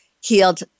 healed